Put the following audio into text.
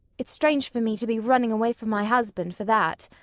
it's strange for me to be running away from my husband for that.